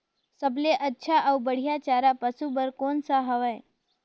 सबले अच्छा अउ बढ़िया चारा पशु बर कोन सा हवय?